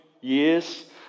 years